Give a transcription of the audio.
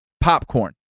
popcorn